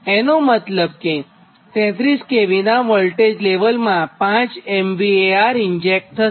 એનો મતલબ કે ૩૩ kV નાં વોલ્ટેજ લેવલમાં 5 MVAr ઇન્જેક્ટ થશે